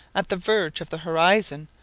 at the verge of the horizon,